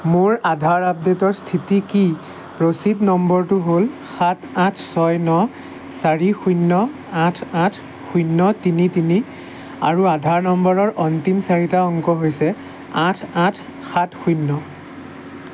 মোৰ আধাৰ আপডে'টৰ স্থিতি কি ৰচিদ নম্বৰটো হ'ল সাত আঠ ছয় ন চাৰি শূন্য আঠ আঠ শূন্য তিনি তিনি আৰু আধাৰ নম্বৰৰ অন্তিম চাৰিটা অংক হৈছে আঠ আঠ সাত শূন্য